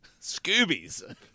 Scoobies